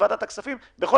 הרווחה - לא